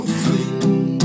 free